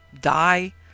die